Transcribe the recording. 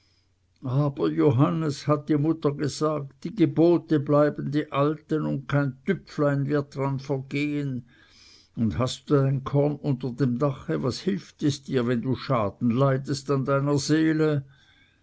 aber johannes hat die mutter gesagt die gebote bleiben die alten und kein düpflein wird daran vergehen und hast du dein korn unter dem dache was hilft es dir wenn du schaden leidest an deiner seele